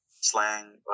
slang